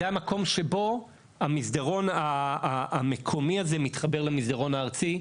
זה המקום שבו המסדרון המקומי הזה מתחבר למסדרון הארצי,